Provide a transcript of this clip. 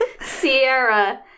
Sierra